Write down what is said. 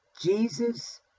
Jesus